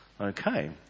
Okay